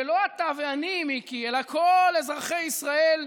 ולא אתה ואני, מיקי, אלא כל אזרחי ישראל,